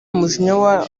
mujinya